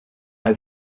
have